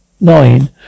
Nine